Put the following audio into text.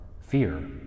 fear